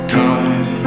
time